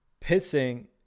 pissing